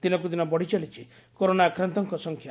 ଦିନକୁ ଦିନ ବଢିଚାଲିଛି କରୋନା ଆକ୍ରାନ୍ତଙ୍କ ସଂଖ୍ୟା